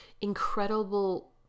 incredible